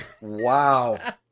Wow